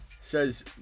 says